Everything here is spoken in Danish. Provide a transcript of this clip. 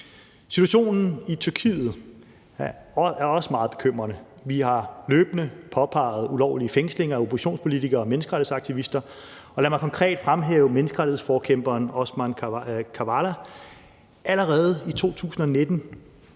Situationen i Tyrkiet er også meget bekymrende. Vi har løbende påpeget ulovlige fængslinger af oppositionspolitikere og menneskerettighedsaktivister, og lad mig konkret fremhæve menneskerettighedsforkæmperen Osman Kavala. Allerede i 2019